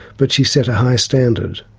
but she set a high standard.